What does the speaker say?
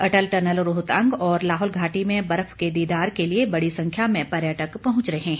अटल tunnel Rohtang व लाहौल घाटी में बर्फ के दीदार के लिए बड़ी संख्या में पर्यटक पहुंच रहे हैं